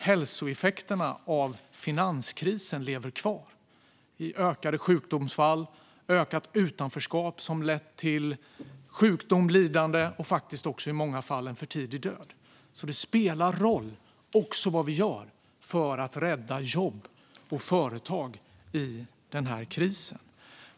Hälsoeffekterna av finanskrisen lever fortfarande kvar - det ser vi i ökade sjukdomsfall och i ett ökat utanförskap som lett till sjukdom, lidande och i många fall för tidig död. Det spelar alltså också roll vad vi gör för att rädda jobb och företag i denna kris.